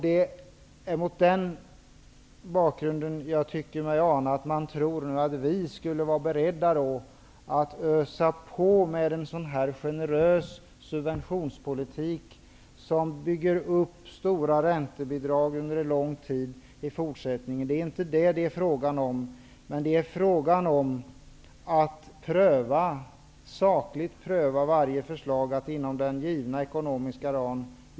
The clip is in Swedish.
Det är mot den bakgrunden jag tycker mig ana att man tror att vi skulle vara beredda att ösa på med en generös subventionspolitik som bygger upp stora räntebidrag under lång tid framöver. Det är inte vad det är fråga om. Det är fråga om att sakligt pröva varje förslag och lösa problemen inom den givna ekonomiska ramen.